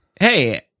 hey